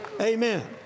Amen